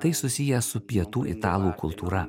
tai susiję su pietų italų kultūra